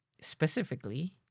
specifically